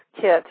kit